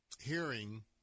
hearing